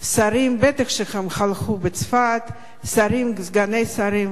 שרים, בטח שהם הלכו לצפת, שרים וסגני שרים,